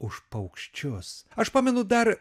už paukščius aš pamenu dar